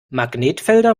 magnetfelder